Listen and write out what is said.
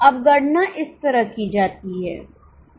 अब गणना इस तरह की जाती है